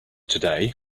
today